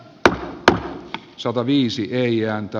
pr sataviisi ei ääntä